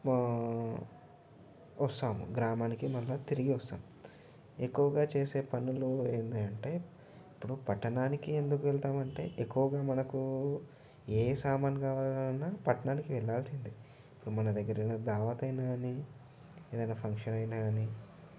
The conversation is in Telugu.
మా వస్తాము గ్రామానికి మళ్ళీ తిరిగి వస్తాం ఎక్కువగా చేసే పనులు ఏంది అంటే ఇప్పుడు పట్టణానికి ఎందుకు వెళ్తాము అంటే ఎక్కువగా మనకు యే సామాన్లు కావాలి అన్నా పట్టణానికి వెళ్ళాల్సిందే ఇప్పుడు మన దగ్గర ఉన్న దావత్ అయినా కానీ ఏదైనా ఫంక్షన్ అయినా కానీ